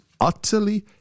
Utterly